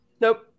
nope